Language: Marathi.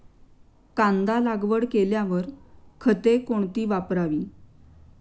कांदा लागवड केल्यावर खते कोणती वापरावी?